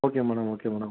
okay madam okay madam